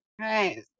Right